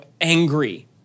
angry